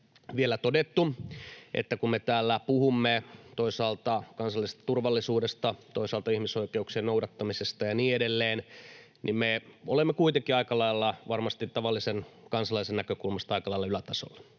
vielä todettu, että kun me täällä puhumme toisaalta kansallisesta turvallisuudesta, toisaalta ihmisoikeuksien noudattamisesta ja niin edelleen, niin me olemme kuitenkin varmasti tavallisen kansalaisen näkökulmasta aika lailla ylätasolla.